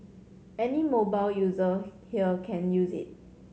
any mobile user here can use it